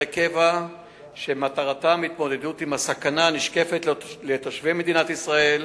קבע שמטרתם התמודדות עם הסכנה הנשקפת לתושבי מדינת ישראל